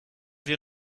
wir